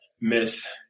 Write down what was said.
miss